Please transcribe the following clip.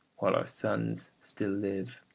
while our sons still live.